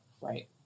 right